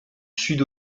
sud